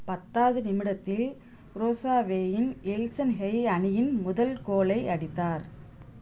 பத்தாவது நிமிடத்தில் குரோசாவேயின் எல்சன் ஹெய் அணியின் முதல் கோலை அடித்தார்